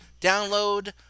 download